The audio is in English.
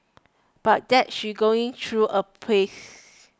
but that she's going through a phase